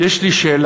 יש לי שאלה,